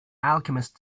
alchemist